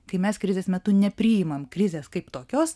kai mes krizės metu nepriimam krizės kaip tokios